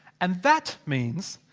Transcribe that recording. and that means.